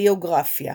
ביוגרפיה